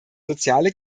soziale